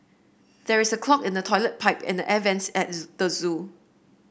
there is a clog in the toilet pipe and the air vents at the zoo